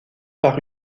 par